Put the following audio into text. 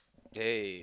eh